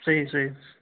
صحیح صحیح